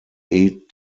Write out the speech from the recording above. eight